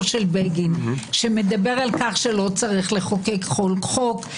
של בגין שמדבר על כך שלא צריך לחוקק כל חוק,